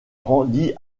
rendit